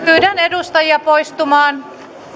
pyydän edustajia poistumaan sujuvasti ja rauhassa